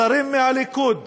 שרים מהליכוד,